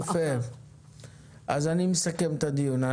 אני מסכם את הדיון.